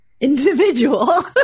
Individual